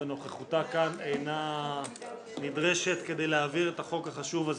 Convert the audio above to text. ונוכחותה כאן אינה נדרשת כדי להעביר את החוק החשוב הזה.